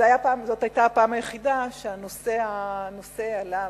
זו היתה הפעם היחידה שהנושא עלה,